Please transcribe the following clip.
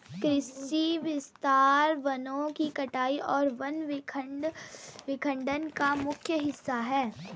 कृषि विस्तार वनों की कटाई और वन विखंडन का मुख्य हिस्सा है